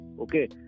okay